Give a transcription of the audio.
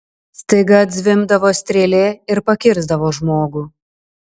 staiga atzvimbdavo strėlė ir pakirsdavo žmogų